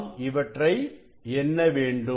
நான் இவற்றை எண்ண வேண்டும்